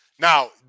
Now